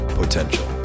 potential